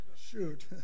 Shoot